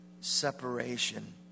separation